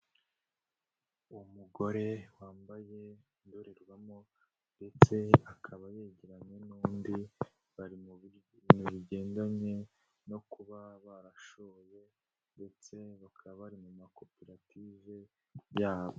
Umugore wambaye indorerwamo ndetse akaba yegeranye n'undi bari mu bintu bigendanye no kuba barashoye ndetse bakaba bari mu makoperative yabo.